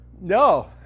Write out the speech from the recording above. No